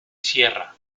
sierra